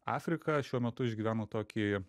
afrika šiuo metu išgyvena tokį